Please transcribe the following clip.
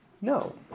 No